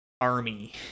army